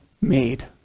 made